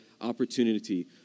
opportunity